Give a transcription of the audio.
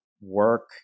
work